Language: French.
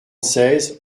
seize